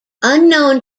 unknown